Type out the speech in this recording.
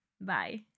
Bye